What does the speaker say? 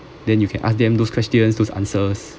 then you can ask them those questions those answers